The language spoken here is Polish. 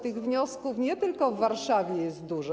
Tych wniosków nie tylko w Warszawie jest dużo.